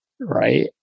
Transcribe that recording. right